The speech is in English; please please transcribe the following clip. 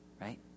right